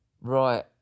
Right